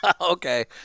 Okay